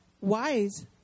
wise